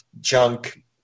junk